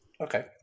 Okay